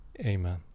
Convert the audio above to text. Amen